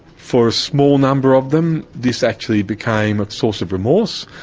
for a small number of them this actually became a source of remorse,